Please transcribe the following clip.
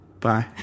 bye